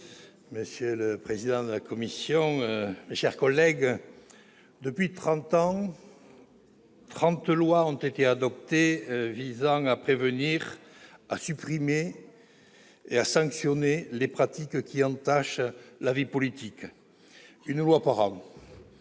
Madame la présidente, madame la garde des sceaux, mes chers collègues, depuis trente ans, trente lois ont été adoptées visant à prévenir, à supprimer et à sanctionner les pratiques qui entachent la vie politique. Une loi par an